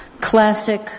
classic